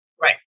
Right